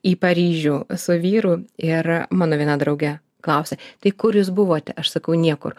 į paryžių su vyru ir a mano viena draugė klausia tai kur jūs buvote aš sakau niekur